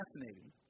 fascinating